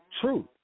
truth